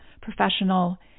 professional